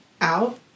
out